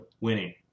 winning